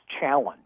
challenge